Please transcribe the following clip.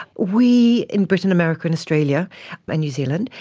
we in britain, america and australia and new zealand,